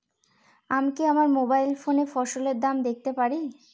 আমি কি আমার মোবাইল ফোনে ফসলের দাম দেখতে পারি?